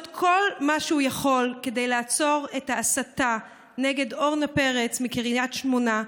כל מה שהוא יכול כדי לעצור את ההסתה נגד אורנה פרץ מקריית שמונה,